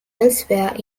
elsewhere